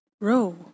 row